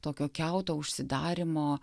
tokio kiauto užsidarymo